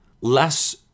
less